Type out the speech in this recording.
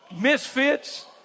misfits